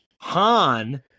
Han